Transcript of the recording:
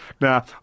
Now